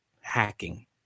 hacking